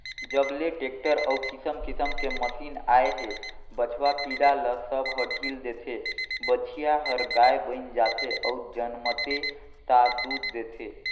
जब ले टेक्टर अउ किसम किसम के मसीन आए हे बछवा पिला ल सब ह ढ़ील देथे, बछिया हर गाय बयन जाथे अउ जनमथे ता दूद देथे